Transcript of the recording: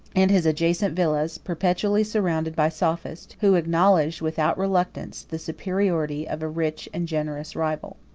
and his adjacent villas perpetually surrounded by sophists, who acknowledged, without reluctance, the superiority of a rich and generous rival.